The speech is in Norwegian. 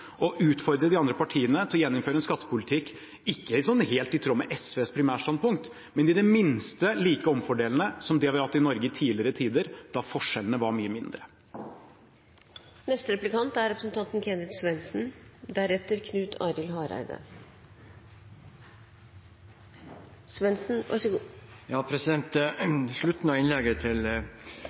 å utfordre de andre partiene til å gjeninnføre en skattepolitikk ikke sånn helt i tråd med SVs primærstandpunkt, men i det minste like omfordelende som det vi har hatt i Norge i tidligere tider, da forskjellene var mye mindre. Slutten av innlegget til